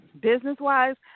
business-wise